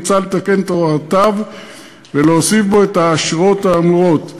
מוצע לתקן את הוראותיו ולהוסיף בו את האשרות האמורות.